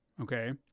okay